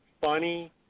funny